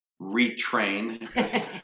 retrain